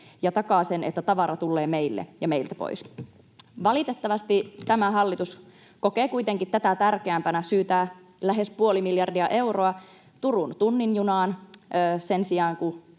ja takaa sen, että tavara tulee meille ja meiltä pois. Valitettavasti tämä hallitus kokee kuitenkin tätä tärkeämpänä syytää lähes puoli miljardia euroa Turun tunnin junaan sen sijaan,